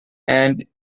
and